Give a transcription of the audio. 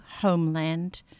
homeland